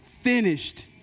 finished